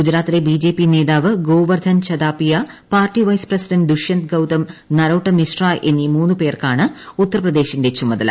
ഗുജറാത്തിലെ B J P നേതാവ് Govardhan Zadafia party vice president Dushyant Gautam Narottam Mishra എന്നീ മൂന്നുപേർക്കാണ് ഉത്തർപ്രദേശിന്റെ ചുമതല